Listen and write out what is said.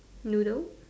noodle